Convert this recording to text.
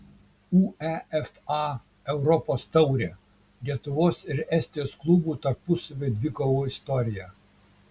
uefa europos taurė lietuvos ir estijos klubų tarpusavio dvikovų istorija